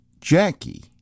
Jackie